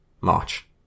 March